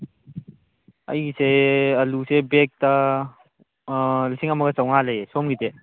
ꯑꯩꯒꯤꯁꯦ ꯑꯥꯂꯨꯁꯦ ꯕꯦꯒꯇ ꯂꯤꯁꯤꯡ ꯑꯃꯒ ꯆꯥꯝꯃꯉꯥ ꯂꯩꯌꯦ ꯁꯣꯝꯒꯤꯗꯤ